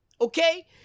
okay